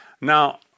Now